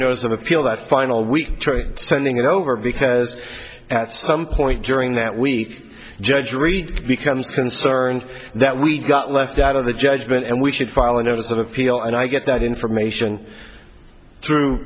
notice of appeal that final week sending it over because at some point during that week judge reed becomes concerned that we got left out of the judgement and we should file a notice of appeal and i get that information through